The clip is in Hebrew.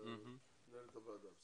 אני מעמיד להצבעה את הקמת ועדת המשנה לעניין,